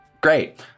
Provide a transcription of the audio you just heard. Great